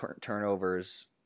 turnovers